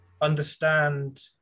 understand